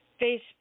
facebook